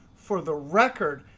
for the record,